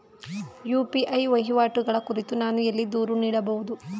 UPI ವಹಿವಾಟುಗಳ ಕುರಿತು ನಾನು ಎಲ್ಲಿ ದೂರು ನೀಡಬಹುದು?